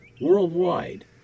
worldwide